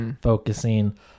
focusing